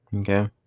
Okay